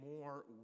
more